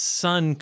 sun